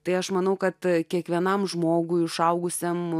tai aš manau kad kiekvienam žmogui išaugusiam